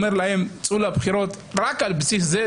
אומר להם: צאו לבחירות רק על בסיס זה,